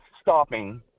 stopping